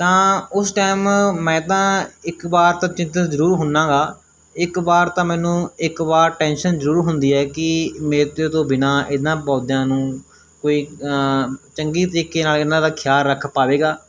ਤਾਂ ਉਸ ਟਾਈਮ ਮੈਂ ਤਾਂ ਇੱਕ ਵਾਰ ਤਾਂ ਚਿੰਤਤ ਜ਼ਰੂਰ ਹੁੰਦਾ ਗਾ ਇੱਕ ਵਾਰ ਤਾਂ ਮੈਨੂੰ ਇੱਕ ਵਾਰ ਟੈਂਸ਼ਨ ਜ਼ਰੂਰ ਹੁੰਦੀ ਹੈ ਕਿ ਮੇਰੇ ਤੇ ਤੋਂ ਬਿਨਾਂ ਇਹਨਾਂ ਪੌਦਿਆਂ ਨੂੰ ਕੋਈ ਚੰਗੀ ਤਰੀਕੇ ਨਾਲ ਇਹਨਾਂ ਦਾ ਖਿਆਲ ਰੱਖ ਪਾਵੇਗਾ